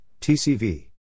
TCV